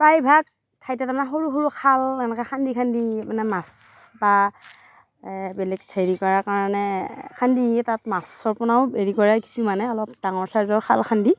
প্ৰায়ভাগ ঠাইতে তাৰ মানে সৰু সৰু খাল এনেকৈ খান্দি খান্দি মানে মাছ বা বেলেগ হেৰি কৰাৰ কাৰণে খান্দি সেই তাত মাছৰ পোনাও হেৰি কৰে কিছুমানে অলপ ডাঙৰ চাইজৰ খাল খান্দি